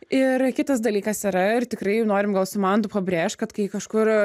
ir kitas dalykas yra ir tikrai norim gal su mantu pabrėžt kad kai kažkur